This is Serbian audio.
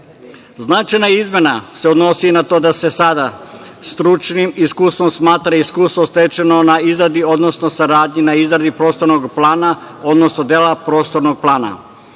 godine. Značajna izmena se odnosi na to da se sada stručnim iskustvom smatra iskustvo stečeno na izradi, odnosno saradnji na izradi prostornog plana, odnosno dela prostornog plana.